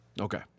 Okay